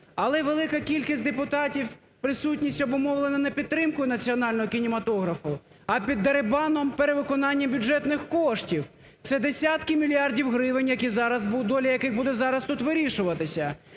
Але велика кількість депутатів, присутність обумовлена не підтримкою національного кінематографу, а під деребаном перевиконання бюджетних коштів – це десятки мільярдів гривень доля яких тут зараз буде вирішуватися.